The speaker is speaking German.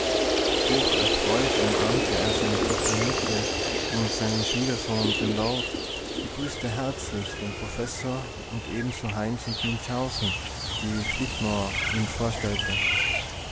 hocherfreut umarmte er seine tochter mietje und seinen schwiegersohn den lord begrüßte herzlich den professor und ebenso heinz und münchhausen die flitmore ihm vorstellte